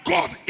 God